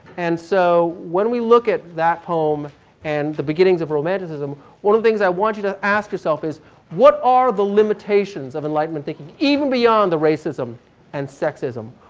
and so when we look at that poem and the beginnings of romanticism, one of the things i want you to ask yourself is what are the limitations of enlightenment thinking, even beyond the racism and sexism?